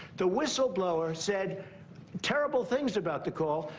the whistleblower said terrible things about the call,